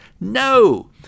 No